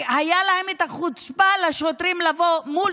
והייתה לשוטרים את החוצפה לבוא מול